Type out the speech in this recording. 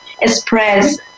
express